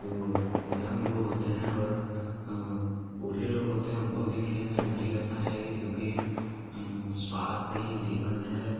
जो यंग लोग होते हैं और बूढ़े लोग होते हैं उनको भी खेल में रुचि रखना चाहिए क्योंकि स्वास्थ्य ही जीवन है